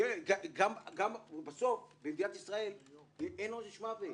בסוף במדינת ישראל אין עונש מוות.